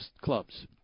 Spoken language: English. Clubs